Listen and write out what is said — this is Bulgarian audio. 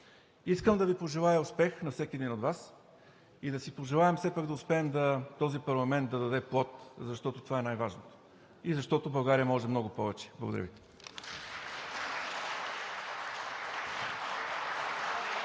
Искам да Ви пожелая успех на всеки един от Вас и да си пожелаем все пак да успеем този парламент да даде плод, защото това е най-важното и защото България може много повече. Благодаря Ви.